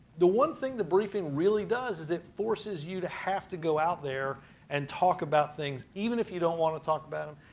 the one thing the briefing really does is it forces you to have to go out there and talk about things even if you don't want to talk about them,